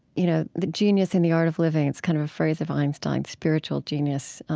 you know the genius in the art of living? it's kind of a phrase of einstein's, spiritual genius.